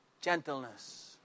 gentleness